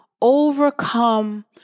overcome